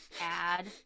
Add